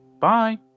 Bye